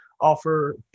offer